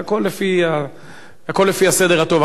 הכול לפי הסדר הטוב,